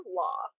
law